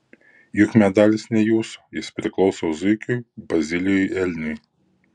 juk medalis ne jūsų jis priklauso zuikiui bazilijui elniui